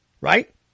right